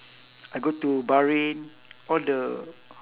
I go to bahrain all the